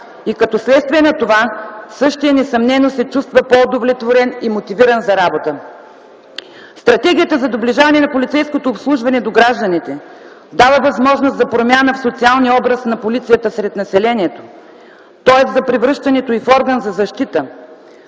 Като следствие на това същият несъмнено се чувства по-удовлетворен и мотивиран за работа. Стратегията за доближаване на полицейското обслужване до гражданите дава възможност за промяна в социалния образ на полицията сред населението, тоест за превръщането й в орган за защита